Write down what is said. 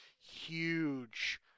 huge